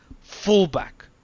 fullback